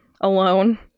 alone